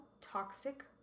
toxic